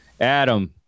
Adam